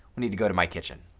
we need to go to my kitchen.